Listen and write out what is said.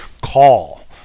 call